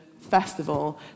festival